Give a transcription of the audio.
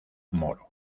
moro